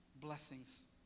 blessings